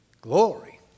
glory